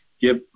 give